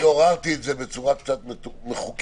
עוררתי את זה בצורה קצת מחוכמת.